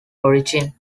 origin